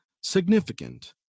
significant